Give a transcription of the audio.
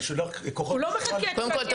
אני שולח כוחות --- הוא לא מחכה עד